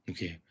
Okay